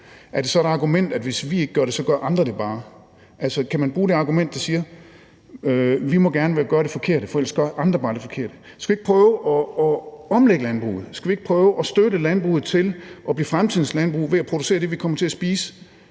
er det så et argument, at hvis vi ikke gør det, gør andre det bare? Altså, kan man bruge det argument, der siger: Vi må gerne gøre det forkerte, for ellers gør andre bare det forkerte? Skal vi ikke prøve at omlægge landbruget? Skal vi ikke prøve at støtte landbruget til at blive fremtidens landbrug ved at producere det, vi kommer til at spise